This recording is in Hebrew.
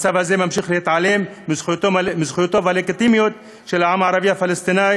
המצב הזה ממשיך להתעלם מזכויותיו הלגיטימיות של העם הערבי הפלסטיני